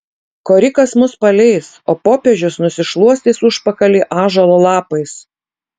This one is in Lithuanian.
korikas mus paleis o popiežius nusišluostys užpakalį ąžuolo lapais